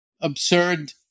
absurd